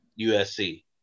USC